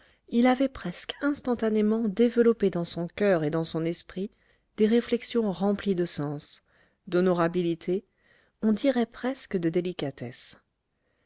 il avait presque instantanément développé dans son coeur et dans son esprit des réflexions remplies de sens d'honorabilité on dirait presque de délicatesse